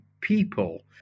people